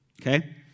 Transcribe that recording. Okay